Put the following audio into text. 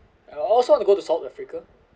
I also want to go to south africa